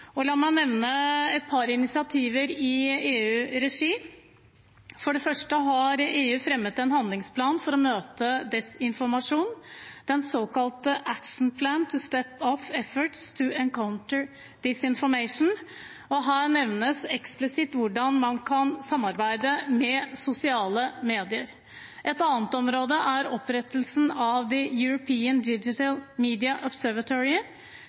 La meg nevne et par initiativer i EU-regi. For det første har EU fremmet en handlingsplan for å møte desinformasjon, en såkalt «action plan to step up efforts to counter disinformation». Her nevnes eksplisitt hvordan man kan samarbeide med sosiale medier. Et annet område er opprettelsen av The European Digital Media